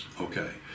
Okay